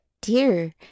dear